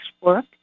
work